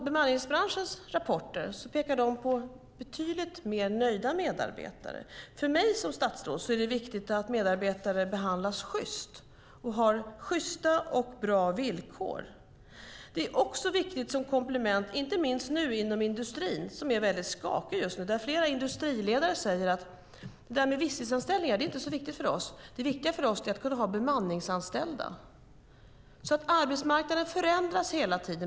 Bemanningsbranschens rapporter pekar på betydligt mer nöjda medarbetare. För mig som statsråd är det viktigt att medarbetare behandlas sjyst och har sjysta och bra villkor. Bemanningsanställda är också viktiga som komplement, inte minst inom industrin, som är väldigt skakig just nu. Flera industriledare säger att visstidsanställningar inte är så viktiga för dem; det viktiga är att kunna ha bemanningsanställda. Arbetsmarknaden förändras hela tiden.